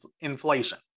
inflation